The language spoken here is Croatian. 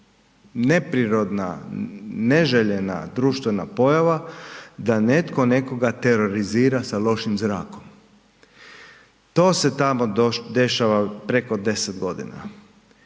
neprirodna, neželjena društvena pojava da netko nekoga terorizira sa lošim zrakom. To se tamo dešava preko 10 godina.